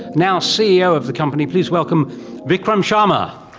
now ceo of the company, please welcome vikram sharma.